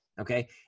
okay